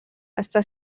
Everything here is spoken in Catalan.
està